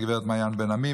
הגב' מעיין בן עמי,